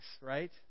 right